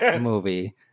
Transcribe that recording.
movie